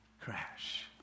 crash